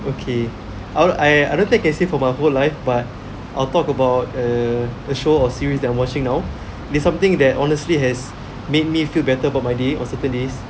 okay I'll I don't think I can say for my whole life but I'll talk about uh the show or series that I'm watching now there's something that honestly has made me feel better about my day or certain days